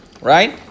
right